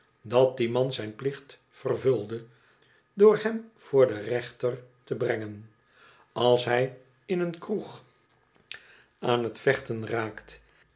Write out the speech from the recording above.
dat die man zijn plicht vervulde door hem voor den echter te brengen als hij in een kroeg aan